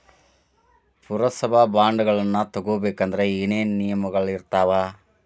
ಪುರಸಭಾ ಬಾಂಡ್ಗಳನ್ನ ತಗೊಬೇಕಂದ್ರ ಏನೇನ ನಿಯಮಗಳಿರ್ತಾವ?